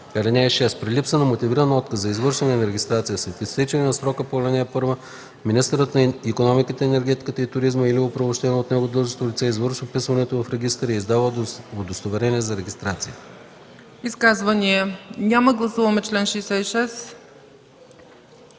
Изказвания? Няма. Гласуваме чл. 67.